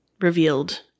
revealed